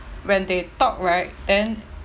when they talk right then